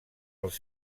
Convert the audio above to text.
els